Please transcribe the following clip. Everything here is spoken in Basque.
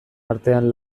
artean